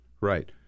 Right